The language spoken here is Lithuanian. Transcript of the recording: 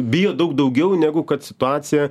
bijo daug daugiau negu kad situacija